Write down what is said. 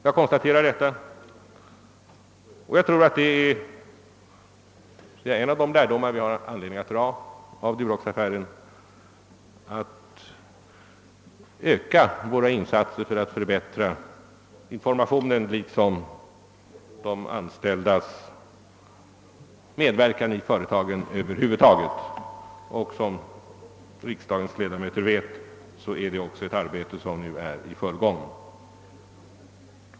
Jag konstaterar detta, och jag tror att en av de lärdomar vi har anledning att dra av Duroxaffären är att vi bör öka våra insatser för att förbättra informationen till de anställda liksom deras medverkan i företaget över huvud taget. Såsom riksdagens ledamöter vet är detta arbete nu i full gång.